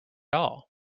all